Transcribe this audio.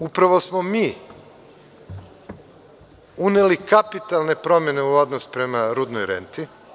Upravo smo mi uneli kapitalne promene u odnos prema rudnoj renti.